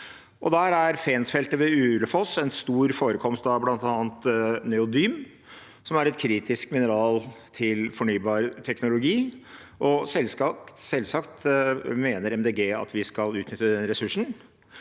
Der er Fensfeltet ved Ulefoss en stor forekomst av bl.a. neodym, som er et kritisk mineral til fornybar teknologi, og selvsagt mener Miljøpartiet De Grønne at vi skal utnytte ressursen.